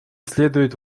следует